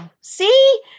see